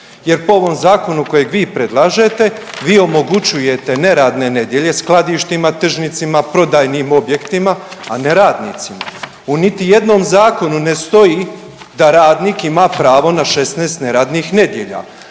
jer po ovom zakonu kojeg vi predlažete vi omogućujete neradne nedjelje skladištima, tržnicama, prodajnim objektima, a ne radnicima. U niti jednom zakonu ne stoji da radnik ima pravo na 16 neradnih nedjelja.